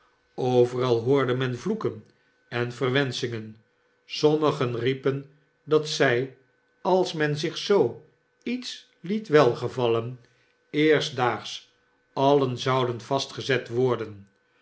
overal hoorde men vloeken en verwenschingen sommigen riepen dat zij als men zich zoo iets liet welgevallen eerstdaags alien zouden vastgezet worden